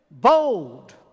Bold